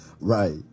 Right